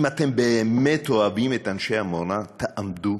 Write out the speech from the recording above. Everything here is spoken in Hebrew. אם אתם באמת אוהבים את אנשי עמונה, תעמדו,